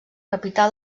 capità